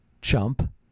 Chump